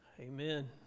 amen